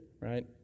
right